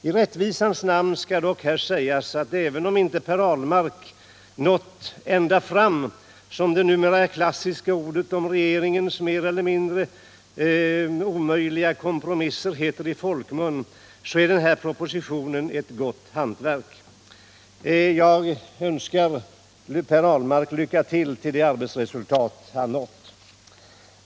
I rättvisans namn skall dock här sägas att även om inte Per Ahlmark nått ända fram — som det numera klassiska uttrycket för regeringens mer eller mindre omöjliga kompromisser är i folkmun — så är den här propositionen ett gott hantverk. Jag önskar Per Ahlmark lycka till med det arbetsresultat han uppnått!